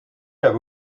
that